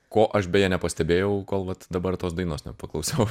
ko aš beje nepastebėjau kol vat dabar tos dainos nepaklausiau